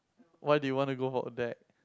why did you want to go for Odac